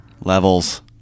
levels